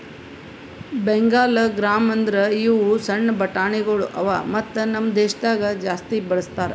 Bengal gram ಅಂದುರ್ ಇವು ಸಣ್ಣ ಬಟಾಣಿಗೊಳ್ ಅವಾ ಮತ್ತ ನಮ್ ದೇಶದಾಗ್ ಜಾಸ್ತಿ ಬಳ್ಸತಾರ್